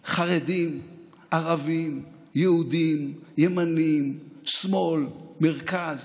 חרדים, ערבים, יהודים, ימנים, שמאל, מרכז,